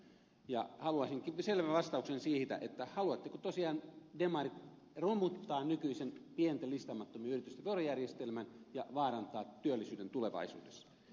ja haluaisinkin selvän vastauksen siihen haluatteko tosiaan demarit romuttaa nykyisen pienten listaamattomien yritysten verojärjestelmän ja vaarantaa työllisyyden tulevaisuudessa